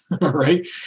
Right